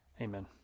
Amen